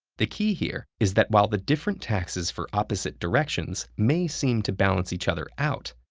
the key here is that while the different taxes for opposite directions may seem to balance each other out,